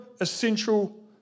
essential